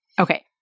Okay